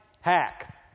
hack